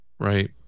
Right